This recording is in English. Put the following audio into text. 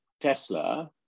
Tesla